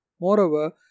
Moreover